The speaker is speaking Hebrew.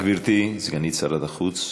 גברתי סגנית שר החוץ,